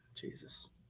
Jesus